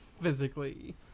physically